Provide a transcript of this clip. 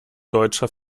deutscher